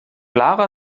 lara